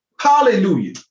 Hallelujah